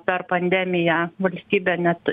per pandemiją valstybė net